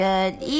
Good